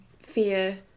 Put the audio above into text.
fear